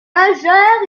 majeurs